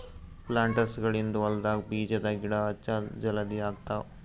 ಪ್ಲಾಂಟರ್ಸ್ಗ ಗಳಿಂದ್ ಹೊಲ್ಡಾಗ್ ಬೀಜದ ಗಿಡ ಹಚ್ಚದ್ ಜಲದಿ ಆಗ್ತಾವ್